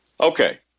Okay